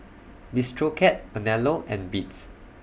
Bistro Cat Anello and Beats